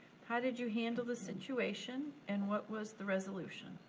how did you handle the situation and what was the resolution?